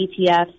ETFs